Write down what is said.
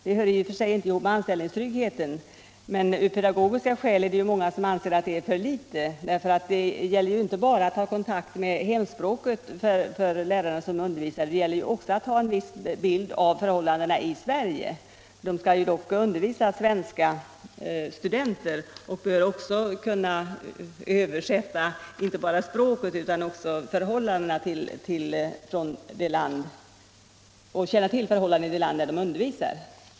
Den hör i och för sig inte ihop med anställningstryggheten. Många anser emellertid att tre år av pedagogiska skäl är för kort tid. Det gäller ju för dessa lärare inte bara att ha kontakt med hemspråket, utan de måste också känna till förhållandena i Sverige. De skall dock undervisa svenska studenter, och de bör därför känna till förhållandena här i landet.